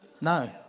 No